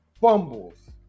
fumbles